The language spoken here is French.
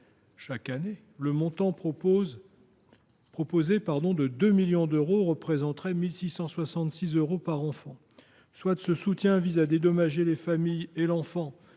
chaque année, le montant proposé de 2 millions d’euros représenterait 1 666 euros par enfant. Si ce soutien vise à dédommager les familles et l’enfant,